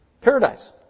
Paradise